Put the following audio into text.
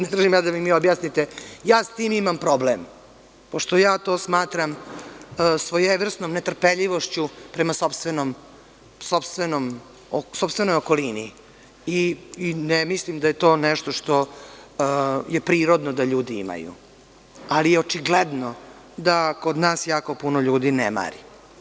Ne tražim ja da mi vi objasnite, ja sa tim imam problem, pošto ja to smatram svojevrsnom netrpeljivošću prema sopstvenoj okolini i ne mislim da je to nešto što je prirodno da ljudi imaju, ali je očigledno da kod nas jako puno ljudi ne mari.